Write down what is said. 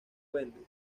wendy